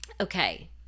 Okay